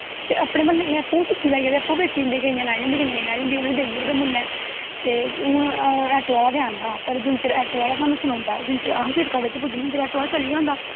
ते अपने मह्ल्ले आह्ले अप्पू गै सब्जी लैईयै अप्पूं गै बेची औंदे केंईयैं लाई दी होंदी ते कोंईयै नेंई लाई दी होंदी उनेंगी देई ओड़दे मुल्लैं ते हून ऐटो आह्लाते आंदां पर जिल्लै चिर ऐटो आह्ला साह्नी सनोंदा जिन्नै चिर अस शिड़कै च पुज्जनै ऐटो आह्ला चली दा होंदा